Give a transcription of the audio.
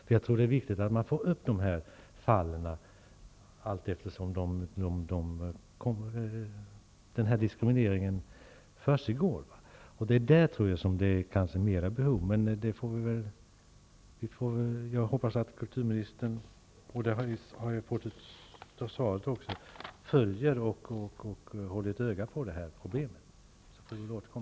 Jag tror att det är viktigt att sådant här tas upp allteftersom nya fall av diskriminering blir aktuella. Det är kanske snarare i det avseendet som det behövs åtgärder. Jag hoppas att kulturministern följer utvecklingen och håller ett öga på det här problemet. Av svaret att döma tycks hon göra det. Sedan får vi väl återkomma till saken så småningom.